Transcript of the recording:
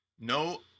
No